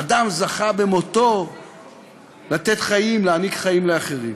אדם זכה במותו להעניק חיים לאחרים.